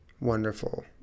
Wonderful